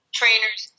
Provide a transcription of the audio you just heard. trainers